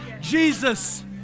Jesus